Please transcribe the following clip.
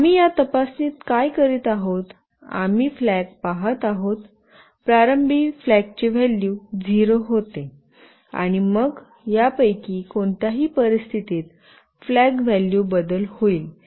आणि आम्ही या तपासणीत काय करीत आहोत आम्ही फ्लॅग पहात आहोत प्रारंभी फ्लॅगचे व्हॅल्यू 0 होते आणि मग यापैकी कोणत्याही परिस्थितीत फ्लॅग व्हॅल्यू बदल होईल